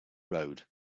road